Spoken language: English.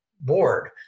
board